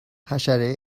حشره